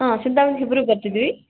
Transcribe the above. ಹಾಂ ಚಿಂತಾಮಣಿಯಿಂದ ಇಬ್ಬರೂ ಬರ್ತಿದ್ದೀವಿ